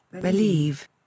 Believe